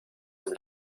dem